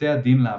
ובתי הדין לעבודה.